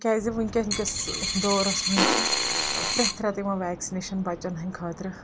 تِکیاز وُکین کِس دورس منٛز چھُ پرٮ۪تھ ریتہٕ یِوان ویکسٕنیشن بچن ہنٛدۍ خٲطرٕ